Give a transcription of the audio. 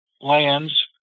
lands